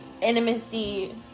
Intimacy